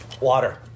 water